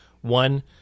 One